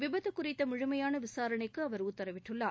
விபத்து குறித்த முழுமையான விசாரணைக்கு அவர் உத்தரவிட்டுள்ளார்